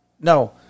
No